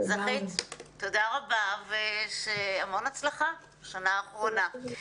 תודה רבה והמון הצלחה בשנה האחרונה.